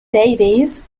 davies